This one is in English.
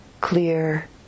clear